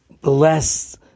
Bless